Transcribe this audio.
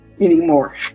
anymore